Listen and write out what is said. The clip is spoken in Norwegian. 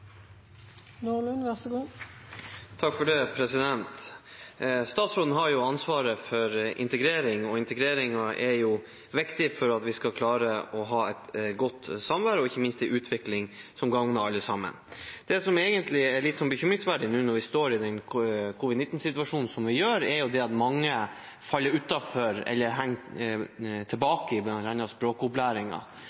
viktig for at vi skal klare å ha et godt samvær og ikke minst en utvikling som gagner alle sammen. Det som egentlig er litt bekymringsverdig nå når vi står i covid-19-situasjonen, er at mange faller utenfor eller henger etter i bl.a. språkopplæringen. Da blir det egentlig et interessant spørsmål hva slags tiltak regjeringen har tenkt på nå som vi